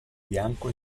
bianco